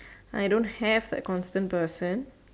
I don't have a constant person